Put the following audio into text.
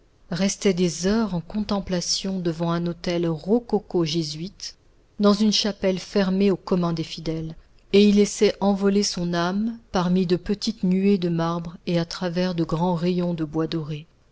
restait des heures en contemplation devant un autel rococo jésuite dans une chapelle fermée au commun des fidèles et y laissait envoler son âme parmi de petites nuées de marbre et à travers de grands rayons de bois doré